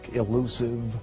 elusive